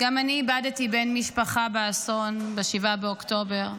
איבדתי בן משפחה באסון ב-7 באוקטובר,